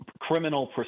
criminal